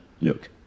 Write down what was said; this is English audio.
look